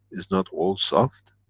is not all soft.